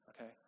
okay